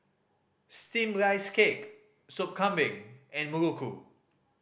Steamed Rice Cake Soup Kambing and muruku